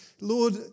Lord